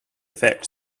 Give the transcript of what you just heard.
fact